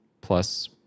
plus